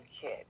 kid